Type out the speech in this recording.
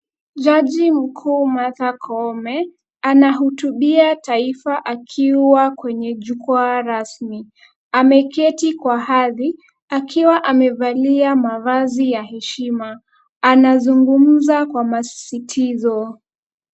Jaji mkuu Martha Koome anahutubia taifa akiwa kwenye jukwaa rasmi . Ameketi kwa hadhi akiwa amevalia mavazi ya heshima. Anazungumza kwa masisitizo.